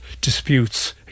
disputes